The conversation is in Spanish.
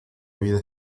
vida